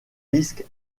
risque